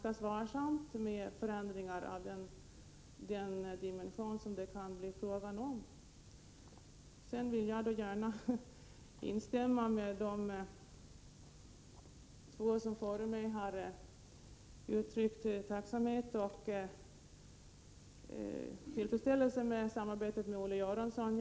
Jag vill till slut instämma i det tack som har riktats till Olle Göransson och uttrycka min tillfredsställelse med det samarbete som jag har haft med honom.